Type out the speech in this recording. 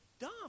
dumb